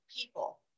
people